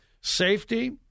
safety